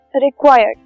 required